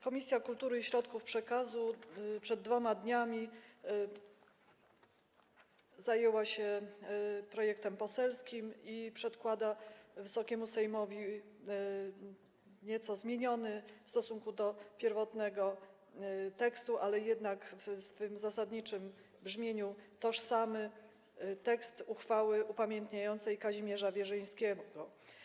Komisja Kultury i Środków Przekazu zajęła się przed 2 dniami projektem poselskim i przedkłada Wysokiemu Sejmowi nieco zmieniony w stosunku do pierwotnego tekstu, ale jednak w swym zasadniczym brzmieniu tożsamy tekst uchwały upamiętniającej Kazimierza Wierzyńskiego.